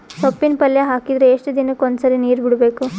ಸೊಪ್ಪಿನ ಪಲ್ಯ ಹಾಕಿದರ ಎಷ್ಟು ದಿನಕ್ಕ ಒಂದ್ಸರಿ ನೀರು ಬಿಡಬೇಕು?